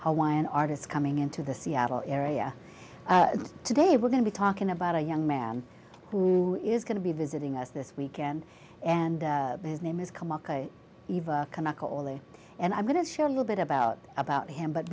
why an artist coming into the seattle area today we're going to be talking about a young man who is going to be visiting us this weekend and his name is ali and i'm going to share a little bit about about him but